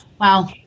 Wow